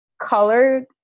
colored